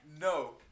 No